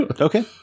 Okay